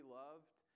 loved